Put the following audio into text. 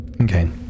Okay